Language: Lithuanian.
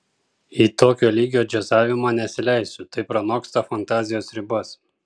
į tokio lygio džiazavimą nesileisiu tai pranoksta fantazijos ribas